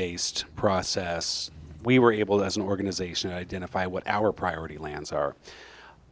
based process we were able to as an organization identify what our priority lands are